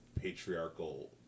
patriarchal